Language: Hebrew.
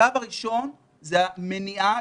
הקו הראשון זה המניעה,